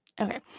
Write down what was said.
Okay